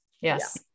Yes